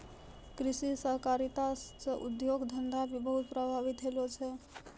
कृषि सहकारिता से उद्योग धंधा भी प्रभावित होलो छै